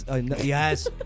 Yes